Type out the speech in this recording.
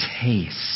taste